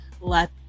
let